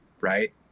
Right